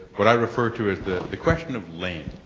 what i refer to as the the question of lane.